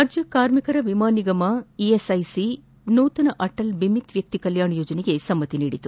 ರಾಜ್ಞ ಕಾರ್ಮಿಕರ ವಿಮಾ ನಿಗಮ ಇಎಸ್ಐಸಿ ನೂತನ ಅಟಲ್ ಬಿಮಿತ್ ವ್ಯಕ್ತಿ ಕಲ್ಲಾಣ ಯೋಜನೆಗೆ ಸಮ್ತಿ ನೀಡಿದೆ